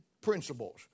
principles